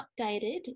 updated